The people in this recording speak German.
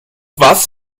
was